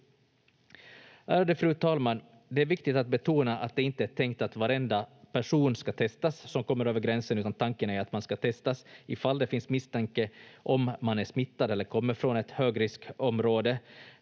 Ärade fru talman! Det är viktigt att betona att det inte är tänkt att varenda person som kommer över gränsen ska testas, utan tanken är att man ska testas ifall det finns misstanke om att man är smittad eller kommer från ett högriskområde.